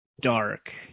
dark